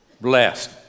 blessed